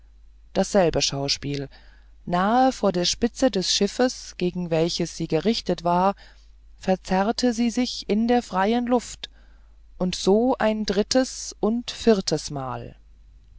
dasselbe schauspiel nahe vor der spitze des schiffes gegen welche sie gerichtet war verzehrte sie sich in der freien luft und so ein drittes und viertes mal